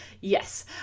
Yes